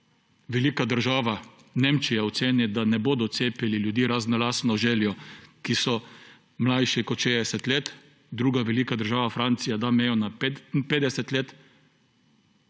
Velika država Nemčija oceni, da ne bodo cepili ljudi, razen na lastno željo, ki so mlajši kot 60 let, druga velika država, Francija, da mejo na 55 let,